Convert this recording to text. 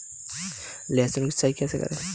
लहसुन की सिंचाई कैसे करें?